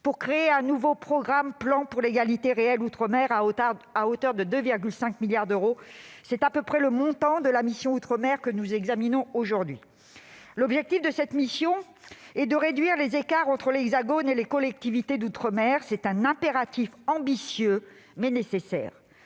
pour créer un nouveau programme, intitulé « Plan pour l'égalité réelle outre-mer » et doté de 2,5 milliards d'euros. C'est à peu près le montant des crédits de la mission « Outre-mer » que nous examinons aujourd'hui. L'objectif de cette mission est de réduire les écarts entre l'Hexagone et les collectivités d'outre-mer. C'est ambitieux, mais impératif.